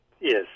Yes